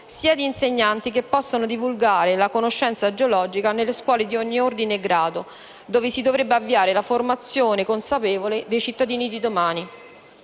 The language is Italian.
sia di insegnanti che possano divulgare la conoscenza geologica nelle scuole di ogni ordine e grado, dove si dovrebbe avviare la formazione consapevole dei cittadini di domani.